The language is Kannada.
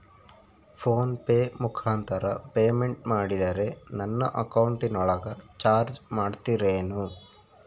ಫೋನ್ ಪೆ ಮುಖಾಂತರ ಪೇಮೆಂಟ್ ಮಾಡಿದರೆ ನನ್ನ ಅಕೌಂಟಿನೊಳಗ ಚಾರ್ಜ್ ಮಾಡ್ತಿರೇನು?